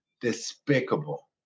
despicable